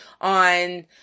on